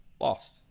lost